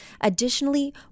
Additionally